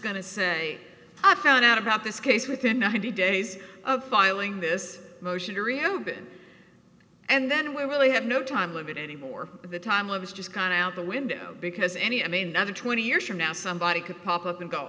to say i found out about this case within ninety days of filing this motion to reopen and then we really have no time limit anymore the timeline is just kind of out the window because any i mean that in twenty years from now somebody could pop up and go